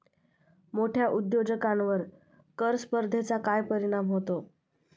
मोठ्या उद्योजकांवर कर स्पर्धेचा काय परिणाम होतो?